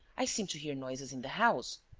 i seem to hear noises in the house.